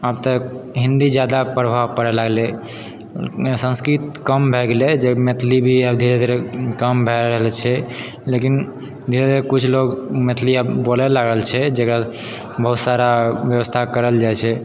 आब तऽ हिन्दी जादा प्रभाव पड़ै लगलै संस्कृत कम भए गेलै जे मैथिली भी आब धीरे धीरे कम भए रहल छै लेकिन धीरे धीरे कुछ लोग मैथिली आब बोलै लागल छै जकरा बहुत सारा व्यवस्था करल जाइ छै